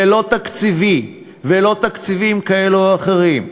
ולא תקציבים כאלה או אחרים.